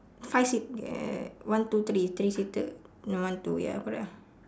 five seat err one two three three seater one two ya correct ah